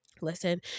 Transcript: listen